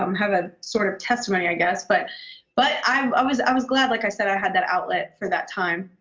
um have a sort of testimony, i guess. but but i was i was glad, like i said, i had that outlet for that time.